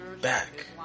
back